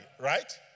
right